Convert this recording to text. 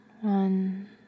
One